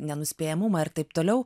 nenuspėjamumą ir taip toliau